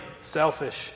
selfish